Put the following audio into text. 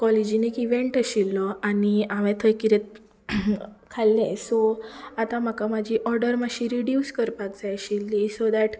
कॉलेजीन एक इवेंट आशिल्लो आनी हांवें थंय किदें खाल्लें सो आतां म्हाका म्हजी ऑर्डर मातशी रेड्यूस करपाक जाय आशिल्ली सो दॅट